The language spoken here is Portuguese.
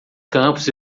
campos